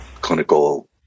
clinical